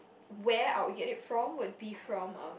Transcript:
where I would get it from would be from um